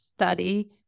study